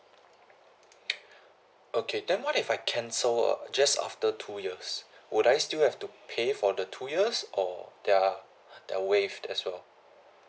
okay then what if I cancel uh just after two years would I still have to pay for the two years or there are they are waived as well